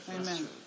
Amen